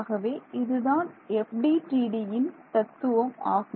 ஆகவே இதுதான் FDTD யின் தத்துவம் ஆகும்